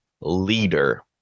leader